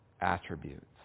attributes